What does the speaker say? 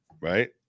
right